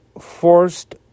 forced